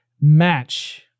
match